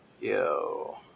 Yo